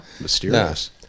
Mysterious